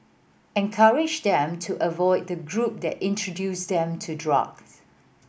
encourage them to avoid the group that introduced them to drugs